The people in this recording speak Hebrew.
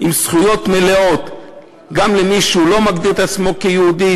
עם זכויות מלאות גם למי שלא מגדיר עצמו כיהודי.